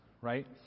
right